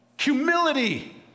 humility